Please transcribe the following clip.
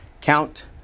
count